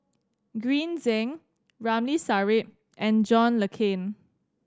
Green Zeng Ramli Sarip and John Le Cain